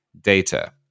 data